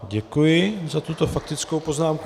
Děkuji za tuto faktickou poznámku.